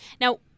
Now